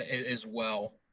as well.